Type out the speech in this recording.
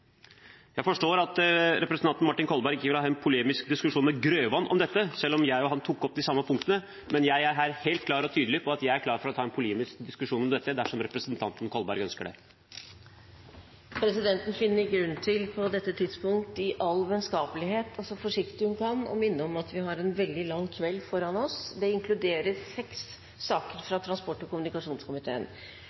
Jeg forstår at representanten Martin Kolberg ikke ville ha en polemisk diskusjon med representanten Grøvan om dette, selv om jeg og han tok opp de samme punktene, men jeg er helt klar og tydelig på at jeg er klar for å ta en polemisk diskusjon om dette dersom representanten Kolberg ønsker det. Presidenten finner grunn til på dette tidspunkt i all vennskapelighet og så forsiktig hun kan å minne om at vi har en veldig lang kveld foran oss. Det inkluderer seks saker fra transport- og kommunikasjonskomiteen.